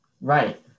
right